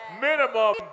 Minimum